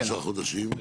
שלושה חודשים?